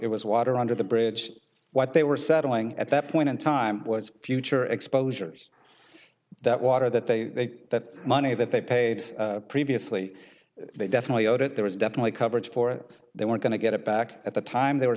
it was water under the bridge what they were settling at that point in time was future exposures that water that they that money that they paid previously they definitely owed it there was definitely coverage for it they were going to get it back at the time they were